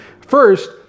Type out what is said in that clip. First